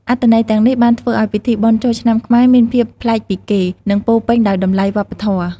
អត្ថន័យទាំងនេះបានធ្វើឲ្យពិធីបុណ្យចូលឆ្នាំខ្មែរមានភាពប្លែកពីគេ និងពោរពេញដោយតម្លៃវប្បធម៌។